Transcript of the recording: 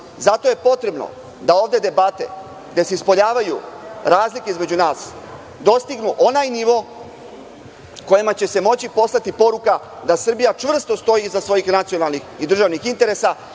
Zato je potrebno da ove debate ispoljavaju razlike između nas, da dostignu onaj nivo kojima će se moći poslati poruka da Srbija čvrsto stoji iza svojih nacionalnih i državnih interesa